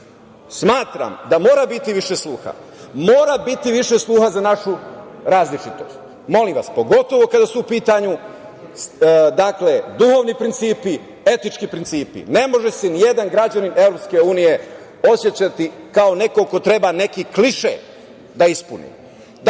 smatram da mora biti više sluha. Mora biti više sluha za našu različitost, pogotovo kada su u pitanju duhovni principi, etički principi. Ne može se nijedan građanin EU osećati kao neko ko treba neki kliše da ispuni. Smisao